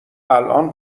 الان